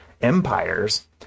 empires